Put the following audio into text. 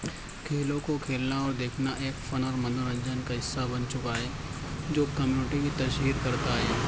کھیلوں کو کھیلنا اور دیکھنا ایک فن اور منورنجن کا حصہ بن چکا ہے جو کمیونٹی کی تشہیر کرتا ہے